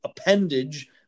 appendage